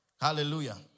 Hallelujah